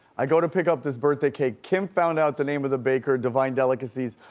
i go to pick up this birthday cake. kim found out the name of the baker, divine delicacies,